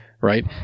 right